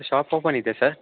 shop open ಇದೆಯಾ sir